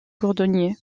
cordonnier